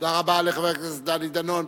תודה רבה לחבר הכנסת דני דנון.